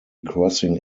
crossing